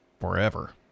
forever